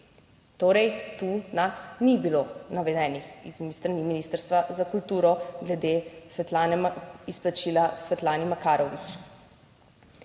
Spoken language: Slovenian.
Torej, tu nas ni bilo navedenih s strani Ministrstva za kulturo glede izplačila Svetlani Makarovič.